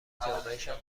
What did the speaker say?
جامعهشان